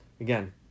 Again